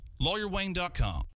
LawyerWayne.com